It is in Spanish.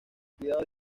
cuidado